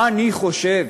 מה אני חושב